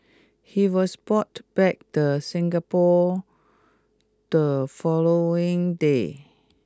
he was bought back the Singapore the following day